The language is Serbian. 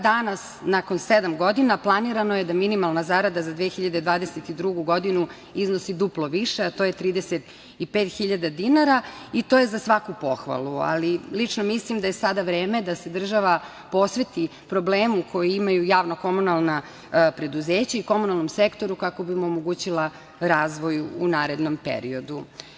Danas, nakon sedam godina, planirano je da minimalna zarada za 2022. godinu iznosi duplo više, a to je 35.000 dinara i to je za svaku pohvalu, ali lično mislim da je sada vreme da se država posveti problemu koji imaju javna komunalna preduzeća i komunalni sektor kako bi im omogućila razvoj u narednom periodu.